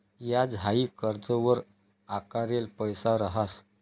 याज हाई कर्जवर आकारेल पैसा रहास